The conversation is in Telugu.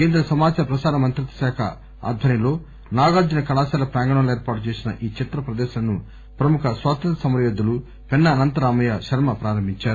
కేంద్ర సమాచార ప్రసార మంత్రిత్వ శాఖ ఆధ్వర్యంలో నాగార్హున కళాశాల ప్రాంగణంలో ఏర్పాటు చేసిన ఈ చిత్ర ప్రదర్శనను ప్రముఖ స్వాతంత్ర సమర యోధులు పెన్సా అనంత రామయ్య శర్మ ప్రారంభించారు